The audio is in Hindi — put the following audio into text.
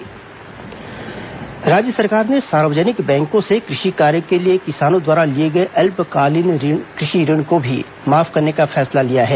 कैबिनेट फैसला राज्य सरकार ने सार्वजनिक बैंकों से कृषि कार्य के लिए किसानों द्वारा लिए गए अल्पकालीन ऋण को भी माफ करने का फैसला लिया है